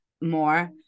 more